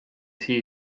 see